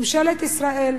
ממשלת ישראל,